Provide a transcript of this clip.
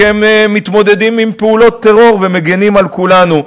כי הם מתמודדים עם פעולות טרור ומגינים על כולנו.